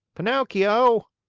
pinocchio!